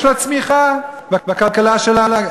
יש צמיחה בכלכלה שלה.